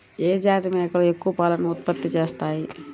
ఏ జాతి మేకలు ఎక్కువ పాలను ఉత్పత్తి చేస్తాయి?